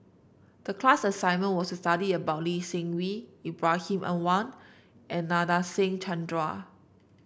the class assignment was to study about Lee Seng Wee Ibrahim Awang and Nadasen Chandra